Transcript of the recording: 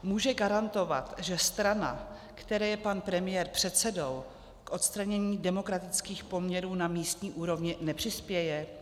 Může garantovat, že strana, v které je pan premiér předsedou, k odstranění demokratických poměrů na místní úrovni nepřispěje?